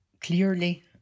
clearly